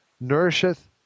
nourisheth